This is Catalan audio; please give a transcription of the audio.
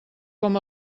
com